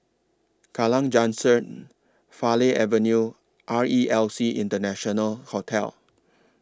Kallang Junction Farleigh Avenue R E L C International Hotel